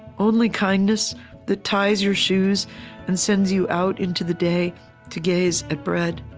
only kindness that ties your shoes and sends you out into the day to gaze at bread,